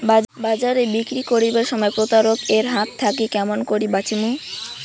বাজারে বিক্রি করিবার সময় প্রতারক এর হাত থাকি কেমন করি বাঁচিমু?